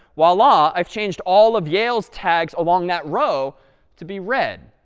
voila. i've changed all of yale's tags along that row to be red.